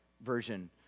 version